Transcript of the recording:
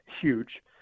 huge